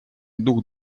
дух